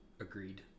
agreed